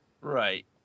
right